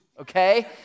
okay